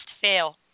fail